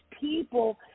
people